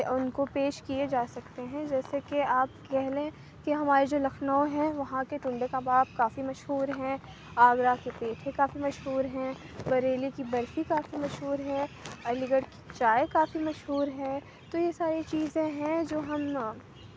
ان کو پیش کیے جا سکتے ہیں جیسے کہ آپ کہہ لیں کہ ہمارے جو لکھنؤ ہے وہاں کے ٹنڈے کباب کافی مشہور ہیں آگرہ کے پیٹھے کافی مشہور ہیں بریلی کی برفی کافی مشہور ہے علی گڑھ کی چائے کافی مشہور ہے تو یہ ساری چیزیں ہیں جو ہم